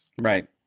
Right